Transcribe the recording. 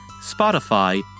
Spotify